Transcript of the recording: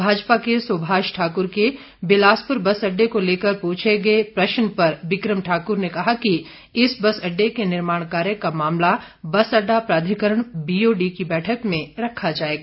भाजपा के सुभाष ठाकुर के बिलासपुर बस अड्डे को लेकर पूछे गए सवाल पर बिक्रम ठाकुर ने कहा कि इस बस अड्डे के निर्माण कार्य का मामला बस अड्डा प्राधिकरण बीओडी की बैठक में रखा जाएगा